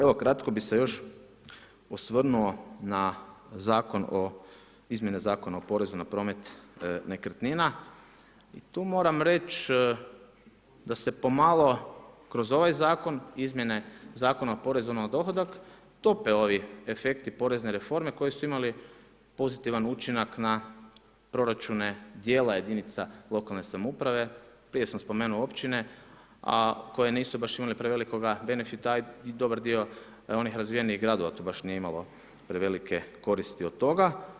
Evo, kratko bi se još osvrnuo na Zakon o izmjene Zakona o porezu na promet nekretnina i tu moram reći da se pomalo kroz ovaj Zakon izmjene Zakona o porezu na dohodak tope ovi efekti porezne reforme koji su imali pozitivan učinak na proračune dijela jedinica lokalne samouprave, prije sam spomenuo općine, a koje nisu baš imale prevelikoga benefita i dobar dio onih razvijenih gradova tu baš nije imalo prevelike koristi od toga.